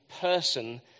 person